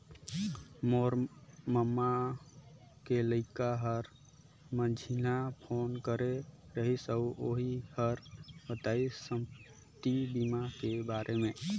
मोर ममा के लइका हर मंझिन्हा फोन करे रहिस अउ ओही हर बताइस संपति बीमा के बारे मे